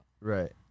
Right